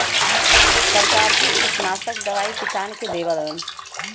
सरकार भी किटनासक दवाई किसान के देवलन